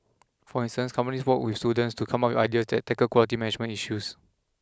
for instance companies work with students to come up with ideas that tackle quality management issues